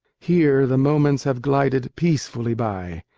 here, the moments have glided peacefully by.